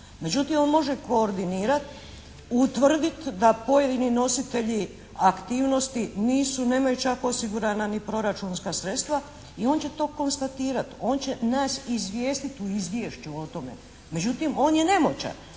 Međutim, on može koordinirati, utvrditi da pojedini nositelji aktivnosti nisu, nemaju čak osigurana ni proračunska sredstva i on će to konstatirati, on će nas izvijestiti u izvješću o tome. Međutim, on je nemoćan.